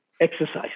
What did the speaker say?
exercise